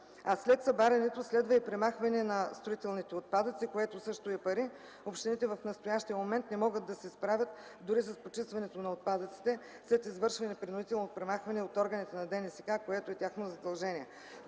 След събарянето следва и премахване на строителните отпадъци, което също е пари. В настоящия момент общините не могат да се справят дори с почистването на отпадъците след извършване на принудително премахване от органите на ДНСК, което е тяхно задължение.